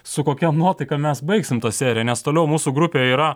su kokia nuotaika mes baigsim tą seriją nes toliau mūsų grupėje yra